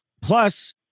Plus